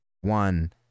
one